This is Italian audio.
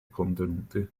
contenuti